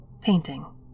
Painting